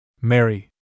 Mary